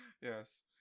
Yes